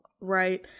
Right